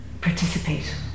participate